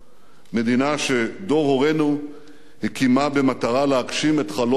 מדינה שדור הורינו הקימה במטרה להגשים את חלום הדורות,